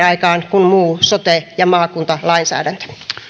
muu sote ja maakuntalainsäädäntö arvoisa